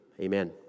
amen